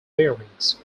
bearings